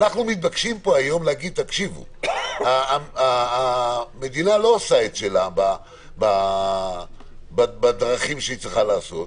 פה היום להגיד: המדינה לא עושה את שלה בדרכים שהיא צריכה לעשות,